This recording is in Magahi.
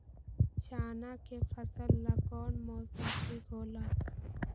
चाना के फसल ला कौन मौसम ठीक होला?